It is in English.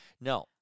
No